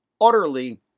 Utterly